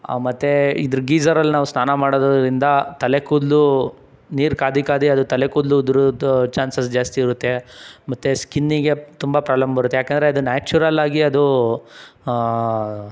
ಮತ್ತು ಇದ್ರ ಗೀಝರಲ್ಲಿ ನಾವು ಸ್ನಾನ ಮಾಡೋದರಿಂದ ತಲೆ ಕೂದಲು ನೀರು ಕಾದು ಕಾದು ಅದು ತಲೆ ಕೂದಲು ಉದ್ರುವ ಚಾನ್ಸಸ್ ಜಾಸ್ತಿ ಇರುತ್ತೆ ಮತ್ತು ಸ್ಕಿನ್ನಿಗೆ ತುಂಬ ಪ್ರಾಲಮ್ ಬರುತ್ತೆ ಯಾಕಂದರೆ ಅದು ನ್ಯಾಚುರಲಾಗಿ ಅದು